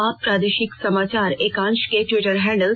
आप प्रादेशिक समाचार एकांश के ट्विटर हैंडल